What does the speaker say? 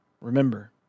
remember